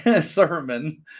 sermon